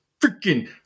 freaking